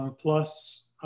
plus